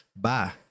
Bye